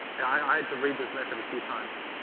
hi to read this method a few times.